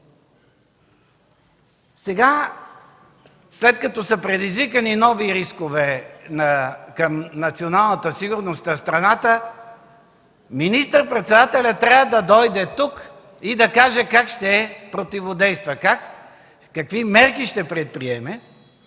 Сега, след като са предизвикани нови рискове към националната сигурност на страната, министър-председателят трябва да дойде тук и да каже как ще противодейства, какви мерки ще предприеме,